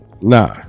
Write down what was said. Nah